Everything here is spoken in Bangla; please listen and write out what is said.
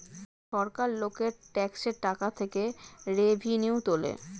সরকার লোকের ট্যাক্সের টাকা থেকে রেভিনিউ তোলে